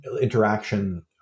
interaction